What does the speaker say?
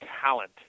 talent